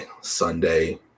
Sunday